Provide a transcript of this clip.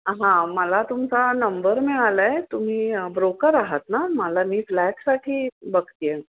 हां मला तुमचा नंबर मिळाला आहे तुम्ही ब्रोकर आहात ना मला मी फ्लॅटसाठी बघते आहे